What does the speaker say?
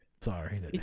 sorry